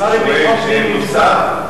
השר לביטחון פנים נמצא.